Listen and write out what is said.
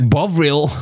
Bovril